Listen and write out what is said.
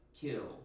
kill